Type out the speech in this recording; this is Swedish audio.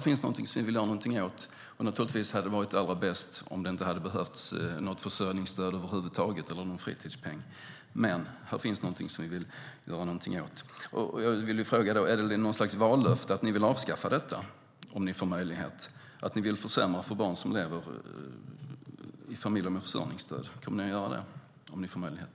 finns något som vi vill göra något åt. Naturligtvis hade det varit allra bäst om det inte hade behövts något försörjningsstöd eller någon fritidspeng över huvud taget, men här finns något som vi vill göra något åt. Jag vill fråga: Är det något slags vallöfte att ni vill avskaffa detta om ni får möjlighet, alltså att ni vill försämra för barn som lever i familjer med försörjningsstöd? Kommer ni att göra det om ni får möjlighet?